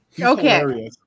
Okay